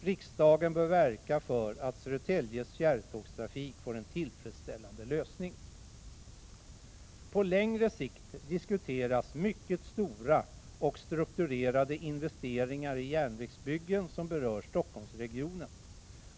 Riksdagen bör verka för att Södertäljes fjärrtågstrafik får en tillfredsställande lösning. På längre sikt diskuteras mycket stora och strukturerade investeringar i järnvägsbyggen, som berör Stockholmsregionen.